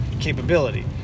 capability